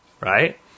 right